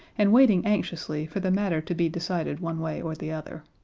and waiting anxiously for the matter to be decided one way or the other.